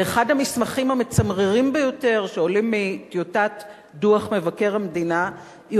ואחד המסמכים המצמררים ביותר שעולים מטיוטת דוח מבקר המדינה הוא